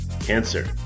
cancer